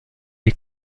les